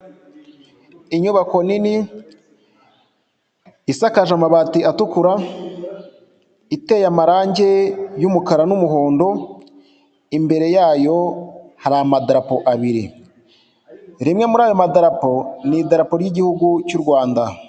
Inyubako nini, isakaje amabati atukura, iteye amarange y'umukara n'umuhondo, imbere yayo hari amadarapo abiri, rimwe muri ayo madarapo ni idarapo ry'Igihugu cy'u Rwanda.